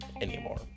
anymore